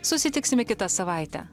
susitiksime kitą savaitę